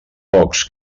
pocs